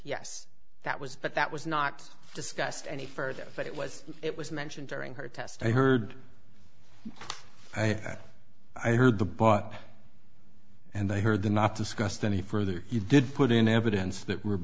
yes that was but that was not discussed any further but it was it was mentioned during her test i heard that i heard the but and they heard the not discussed any further you did put in evidence that were